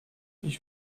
ich